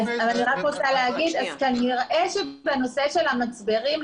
אני רוצה לומר שכנראה שבנושא של המצברים,